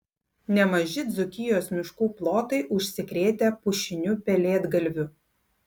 nemaži dzūkijos miškų plotai užsikrėtę pušiniu pelėdgalviu